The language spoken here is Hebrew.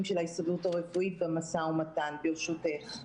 של ההסתדרות הרפואית במשא-ומתן ברשותך.